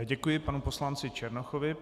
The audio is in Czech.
Děkuji panu poslanci Černochovi.